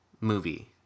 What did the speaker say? movie